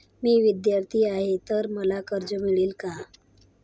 मी विद्यार्थी आहे तर मला कर्ज मिळेल का?